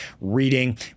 reading